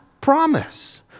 promise